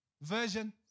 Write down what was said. version